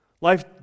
Life